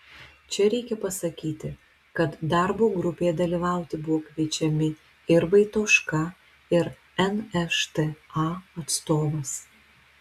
čia reikia pasakyti kad darbo grupėje dalyvauti buvo kviečiami ir vaitoška ir nšta atstovas